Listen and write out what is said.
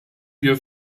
wir